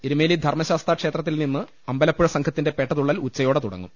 എരുമേലി ധർമ്മശാസ്താ ക്ഷേത്രത്തിൽ നിന്ന് അമ്പലപ്പുഴ സംഘത്തിന്റെ പേട്ടതുള്ളൽ ഉച്ചയോടെ തുട ങ്ങും